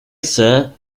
chce